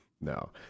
no